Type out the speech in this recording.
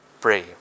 pray